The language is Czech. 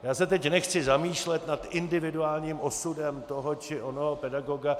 Já se teď nechci zamýšlet nad individuálním osudem toho či onoho pedagoga.